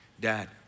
Dad